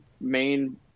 main